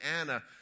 Anna